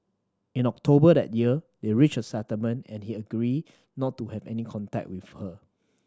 in October that year they reached a settlement and he agreed not to have any contact with her